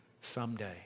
someday